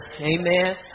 Amen